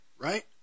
right